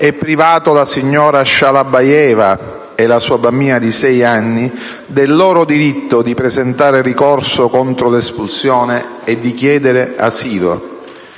e privato la signora Shalabayeva e la sua bambina di sei anni del loro diritto di presentare ricorso contro l'espulsione e di chiedere asilo.